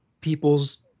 people's